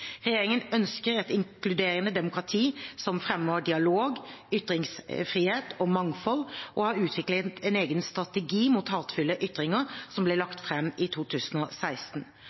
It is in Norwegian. Regjeringen ønsker et inkluderende demokrati som fremmer dialog, ytringsfrihet og mangfold, og har utviklet en egen strategi mot hatefulle ytringer, som ble lagt fram i 2016.